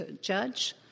judge